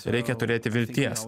reikia turėti vilties